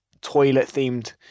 toilet-themed